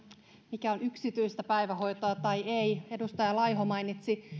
mikä on yksityistä päivähoitoa tai ei edustaja laiho mainitsi